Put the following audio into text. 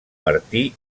martí